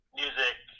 music